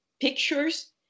pictures